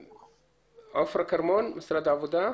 עפרה כרמון ממשרד העבודה.